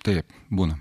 taip būna